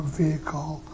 vehicle